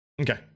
Okay